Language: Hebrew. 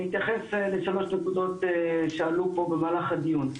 אני אתייחס לשלוש נקודות שעלו פה במהלך הדיון.